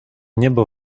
niebo